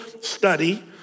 study